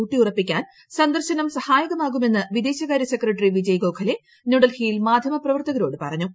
ഊട്ടിയുപ്പിക്കാൻ സന്ദർശനം സഹായകമാകുമെന്ന് വിദേശകാര്യ സെക്രട്ടറി വിജയ് ഗോഖ്ലെ ന്യൂഡൽഹിയിൽ മാധ്യമപ്രവർത്തകരോട് പറഞ്ഞു